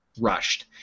rushed